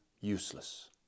useless